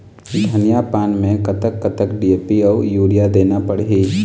धनिया पान मे कतक कतक डी.ए.पी अऊ यूरिया देना पड़ही?